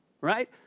Right